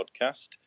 podcast